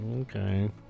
Okay